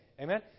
amen